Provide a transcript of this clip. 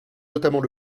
notamment